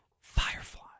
Firefly